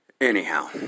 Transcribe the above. anyhow